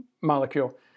molecule